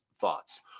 thoughts